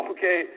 Okay